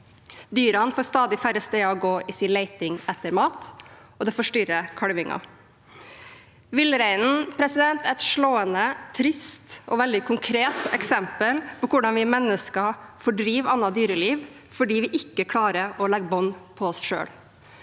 Dyrene får stadig færre steder å gå i sin leting etter mat, og det forstyrrer kalvingen. Villreinen er et slående, trist og veldig konkret eksempel på hvordan vi mennesker fordriver annet dyreliv fordi vi ikke klarer å legge bånd på oss selv.